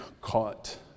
caught